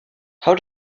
how